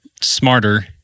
smarter